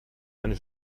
eine